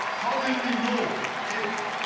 how will we know if?